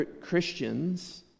Christians